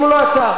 תודה רבה, אדוני.